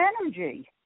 energy